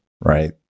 right